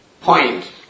point